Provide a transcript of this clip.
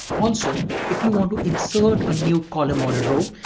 also, if you want to insert a new column or a row,